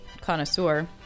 connoisseur